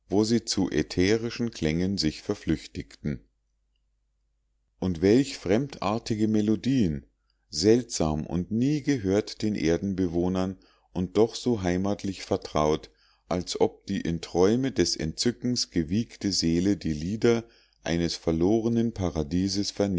wo sie zu ätherischen klängen sich verflüchtigten und welch fremdartige melodien seltsam und niegehört den erdenbewohnern und doch so heimatlich vertraut als ob die in träume des entzückens gewiegte seele die lieder eines verlorenen paradieses